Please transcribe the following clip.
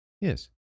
Yes